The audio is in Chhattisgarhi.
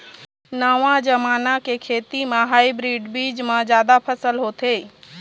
नवा जमाना के खेती म हाइब्रिड बीज म जादा फसल होथे